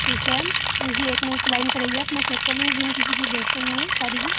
ठीक है जी एक मिनट लाइन पर रहिए आप मैं चेक कर लूँ इस दिन डेट तो नहीं है शादी की